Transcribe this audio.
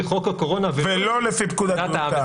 חוק הקורונה ולא לפי פקודת בריאות העם.